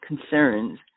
concerns